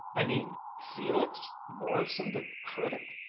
i mean felix morrison the critic.